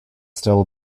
still